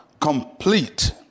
complete